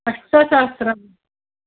अष्टसहस्रं